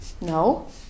No